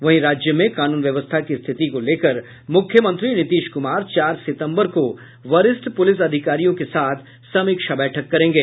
वहीं राज्य में कानून व्यवस्था की स्थिति को लेकर मुख्यमंत्री नीतीश कुमार चार सितम्बर को वरिष्ठ पुलिस अधिकारियों के साथ समीक्षा बैठक करेंगे